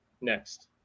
Next